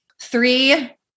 three